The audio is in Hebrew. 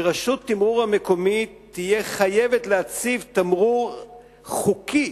ורשות התמרור המקומית תהיה חייבת להציב תמרור חוקי